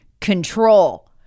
control